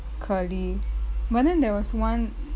curly but then there was one